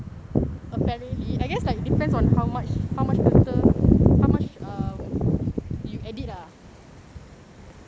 apparently I guess like depends on how much how much filter how much um you edit ah